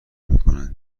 میکنند